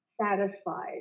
satisfied